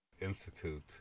Institute